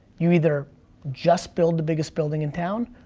you either just build the biggest building in town,